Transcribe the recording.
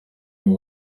w’u